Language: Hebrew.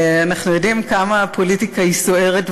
אנחנו יודעים כמה הפוליטיקה סוערת,